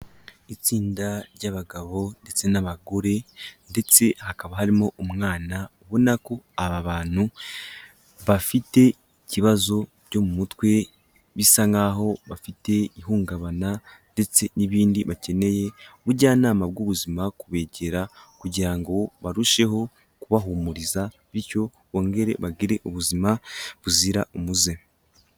Itsinda ry'abagabo ndetse n'abagore ndetse hakaba harimo umwana, ubona nako aba bantu bafite ikibazo cyo mu mutwe, bisa nk'aho bafite ihungabana ndetse n'ibindi, bakeneye ubujyanama bw'ubuzima kubegera kugira ngo barusheho kubahumuriza, bityo bongere bagire ubuzima buzira umuze.